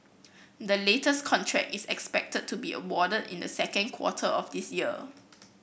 the latest contract is expected to be awarded in the second quarter of this year